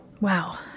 wow